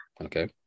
okay